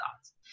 thoughts